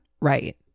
right